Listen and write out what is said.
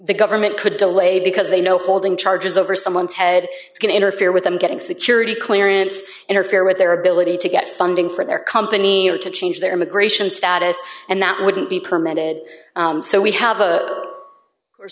the government could delay because they know holding charges over someone's head can interfere with them getting security clearance interfere with their ability to get funding for their company to change their immigration status and that wouldn't be permitted so we have